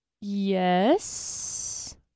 Yes